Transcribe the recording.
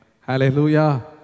Hallelujah